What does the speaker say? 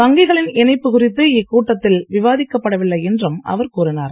வங்கிகளின் இணைப்பு குறித்து இக்கூட்டத்தில் விவாதிக்கப் படவில்லை என்றும் அவர் கூறினார்